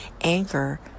Anchor